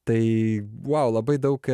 tai buvo labai daug